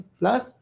plus